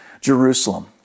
Jerusalem